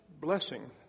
blessing